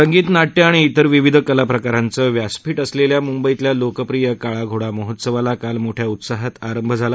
संगीत नाट्य आणि जेर विविध कलाप्रकारांचं व्यासपीठ असलेल्या मुंबईतल्या लोकप्रिय काळा घोडा महोत्सवाला काल मोठ्या उत्साहात आरंभ झाला